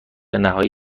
نهایی